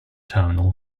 terminal